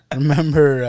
remember